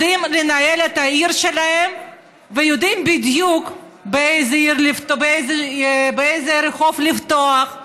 יודעים לנהל את העיר שלהם ויודעים בדיוק באיזו רחוב לפתוח,